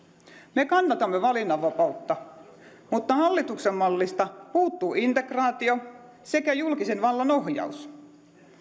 me kannatamme valinnanvapautta mutta hallituksen mallista puuttuu integraatio ja julkisen vallan ohjaus